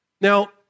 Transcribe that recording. Now